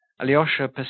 Alyosha